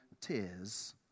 tears